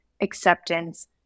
acceptance